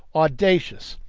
audacious,